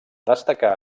destacar